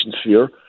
sphere